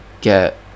get